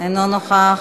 אינו נוכח.